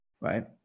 Right